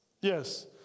Yes